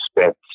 spent